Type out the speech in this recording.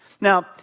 Now